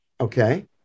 okay